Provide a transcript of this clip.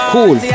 Cool